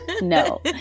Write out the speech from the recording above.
No